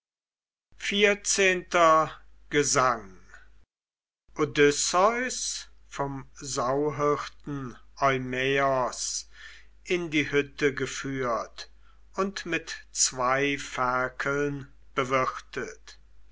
xiv gesang odysseus vom sauhirten eumaios in die hütte geführt und mit ferkeln bewirtet